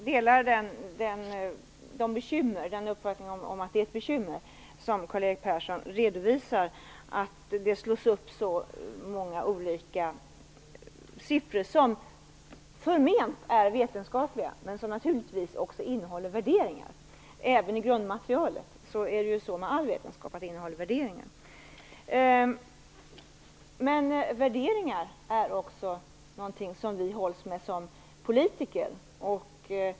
Herr talman! Jag delar uppfattningen om att det som Karl-Erik Persson redovisar är ett bekymmer, dvs. att så många siffror som kommer fram är förment vetenskapliga, men naturligtvis också innehåller värderingar. Även i grundmaterialet är det ju så med all vetenskap att den innehåller värderingar. Men värderingar är också någonting som vi hålls med som politiker.